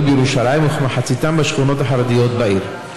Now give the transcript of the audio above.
בירושלים וכמחציתם בשכונות החרדיות בעיר?